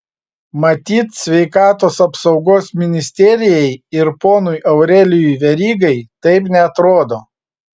matyt sveikatos apsaugos ministerijai ir ponui aurelijui verygai taip neatrodo